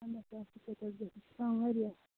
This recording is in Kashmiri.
پنٛداہ ساس سُہ حظ گَژھِ اَسہِ کَم واریاہ